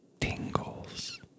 tingles